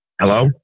Hello